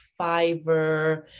fiverr